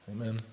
Amen